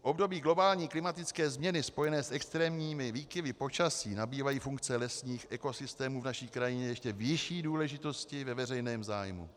V období globální klimatické změny spojené s extrémními výkyvy počasí nabývají funkce lesních ekosystémů v naší krajině ještě vyšší důležitosti ve veřejném zájmu.